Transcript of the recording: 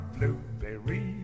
Blueberry